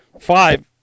five